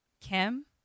Kim